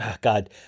God